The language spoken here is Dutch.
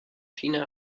china